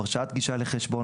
"הרשאת גישה לחשבון",